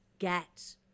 get